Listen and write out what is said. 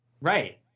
Right